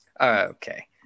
Okay